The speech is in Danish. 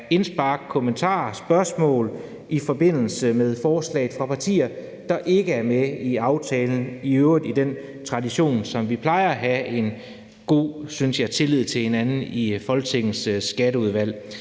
indspark, kommentarer og spørgsmål i forbindelse med forslaget fra partier, der ikke er med i aftalen, i øvrigt i tråd med den tradition, som jeg synes vi plejer at have, for en god tillid til hinanden i Folketingets Skatteudvalg.